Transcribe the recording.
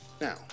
Now